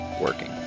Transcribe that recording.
working